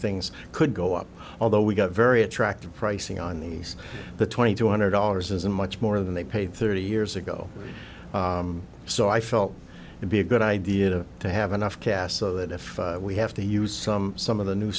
things could go up although we got very attractive pricing on these the twenty two hundred dollars isn't much more than they paid thirty years ago so i felt it be a good idea to have enough cash so that if we have to use some some of the new